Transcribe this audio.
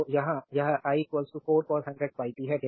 तो यहाँ यह i 4 cos100πt है